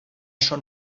schon